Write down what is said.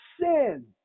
sin